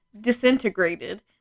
disintegrated